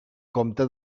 compte